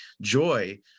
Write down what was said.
joy